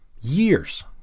years